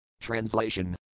Translation